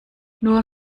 nur